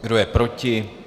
Kdo je proti?